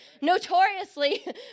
Notoriously